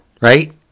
right